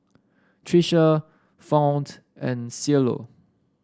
Tricia Fount and Cielo